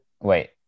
Wait